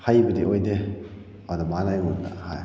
ꯍꯩꯕꯗꯤ ꯑꯣꯏꯗꯦ ꯑꯗꯨ ꯃꯥꯅ ꯑꯩꯉꯣꯟꯗ ꯍꯥꯏ